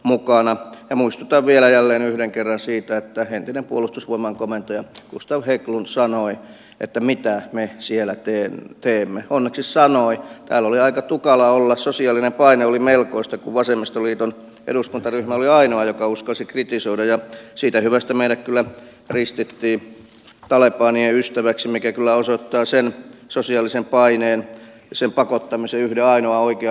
mukana muistuttavia jälleen yhden kerran siitä että entinen puolustusvoimain komentaja gustav hägglund sanoi että mitä me siellä teemme teemme onneksi sanoi hän oli aika tukala olla sosiaalinen paine oli melkoista vasemmistoliiton eduskuntaryhmä oli ainoa joka uskalsi kritisoida ja siitä hyvästä meillä kyllä ristittiin talebanien ystäviksi mikä kyllä osoittaa sen sosiaalisen paineen sen pakottamisen yhden ainoan oikean